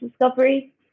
discovery